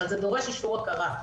אבל זה דורש אישור הכרה.